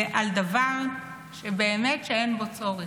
ועל דבר שבאמת אין בו צורך.